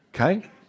Okay